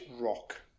rock